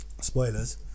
spoilers